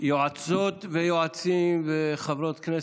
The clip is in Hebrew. יועצות ויועצים וחברות כנסת,